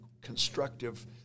constructive